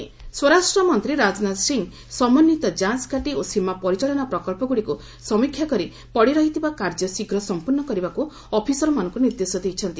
ରାଜନାଥ ସିଂ ସ୍ୱରାଷ୍ଟ୍ର ମନ୍ତ୍ରୀ ରାଜନାଥ ସିଂ ସମନ୍ୱିତ ଯାଞ୍ଚ୍ ଘାଟି ଓ ସୀମା ପରିଚାଳନା ପ୍ରକଳ୍ପଗୁଡ଼ିକୁ ସମୀକ୍ଷା କରି ପଡ଼ିରହିଥିବା କାର୍ଯ୍ୟ ଶୀଘ୍ର ସମ୍ପର୍ଶ୍ଣ କରିବାକୁ ଅଫିସରମାନଙ୍କୁ ନିର୍ଦ୍ଦେଶ ଦେଇଛନ୍ତି